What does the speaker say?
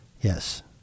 Yes